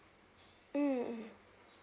mm mmhmm